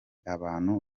abantu